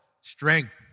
strength